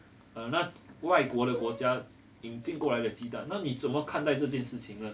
err 那外国的国家引进过来的鸡蛋那你怎么看待这件事情呢